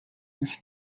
już